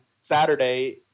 Saturday